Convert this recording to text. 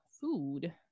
food